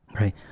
right